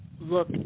look